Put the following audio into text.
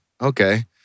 okay